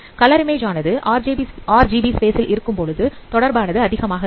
colour image ஆனது RGB space ல் இருக்கும்பொழுது தொடர்பானது அதிகமாக இருக்கும்